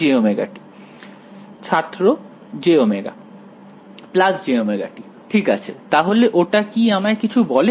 ছাত্র jω jωt ঠিক আছে তাহলে ওটা কি আমায় কিছু বলে